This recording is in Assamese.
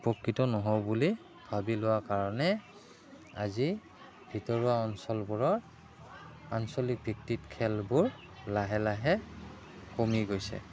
উপকৃত নহওঁ বুলি ভাবি লোৱা কাৰণে আজি ভিতৰুৱা অঞ্চলবোৰৰ আঞ্চলিক ভিত্তিত খেলবোৰ লাহে লাহে কমি গৈছে